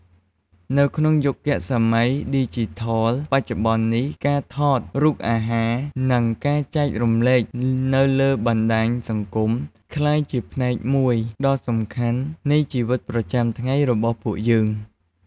នៅក្នុងយុគសម័យឌីជីថលបច្ចុប្បន្ននេះ ការថតរូបអាហារ និងការចែករំលែកនៅលើបណ្ដាញសង្គមបានក្លាយជាផ្នែកមួយដ៏សំខាន់នៃជីវិតប្រចាំថ្ងៃរបស់យើង។